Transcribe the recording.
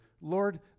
Lord